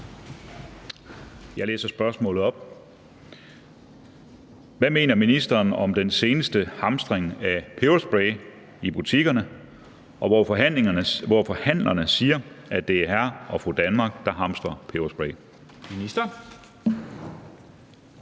Jeg læser spørgsmålet op: Hvad mener ministeren om den seneste hamstring af peberspray i butikkerne, hvor forhandlerne siger, at det er hr. og fru Danmark, der hamstrer peberspray? Kl.